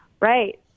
Right